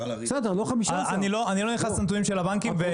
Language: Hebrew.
אני לא נכנס לנתונים של הבנקים,